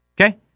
Okay